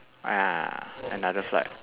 ah ya ya another flight